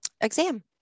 exam